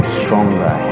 stronger